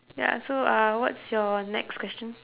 ya so uh what's your next question